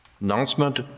announcement